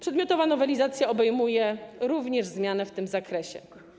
Przedmiotowa nowelizacja obejmuje również zmianę w tym zakresie.